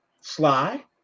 sly